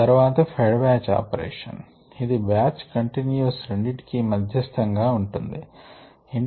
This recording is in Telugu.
తర్వాత ఫెడ్ బ్యాచ్ ఆపరేషన్ ఇది బ్యాచ్ కంటిన్యువస్ రెండిటికి మధ్యస్తం గా ఉండును